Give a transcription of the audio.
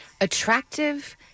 attractive